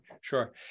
sure